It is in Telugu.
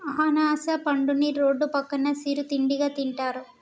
అనాస పండుని రోడ్డు పక్కన సిరు తిండిగా తింటారు